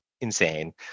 insane